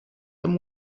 amb